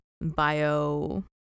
bio